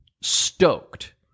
stoked